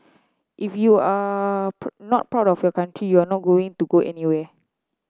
if you are not proud of your country you are not going to go anywhere